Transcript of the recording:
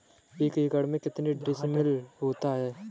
एक एकड़ में कितने डिसमिल होता है?